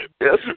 Yes